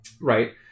Right